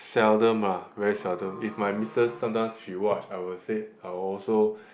seldom lah very seldom if my missus sometimes she watch I will say I will also